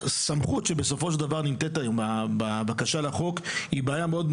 הסמכות שניתנת היום בבקשה לחוק היא לבעיה ברורה מאוד,